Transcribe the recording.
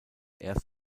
erst